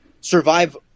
survive